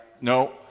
no